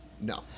No